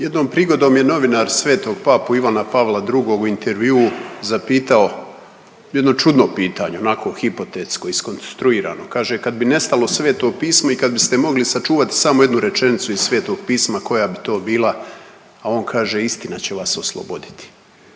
Jednom prigodom je novinar svetog papu Ivana Pavla II u intervjuu zapitao jedno čudno pitanje, onako hipotetsko, iskonstruirano. Kaže kad bi nestalo Sveto pismo i kad biste mogli sačuvati samo jednu rečenicu iz Svetog pisma koja bi to bila? A on kaže istina će vas osloboditi.